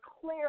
clear